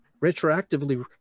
retroactively